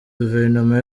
guverinoma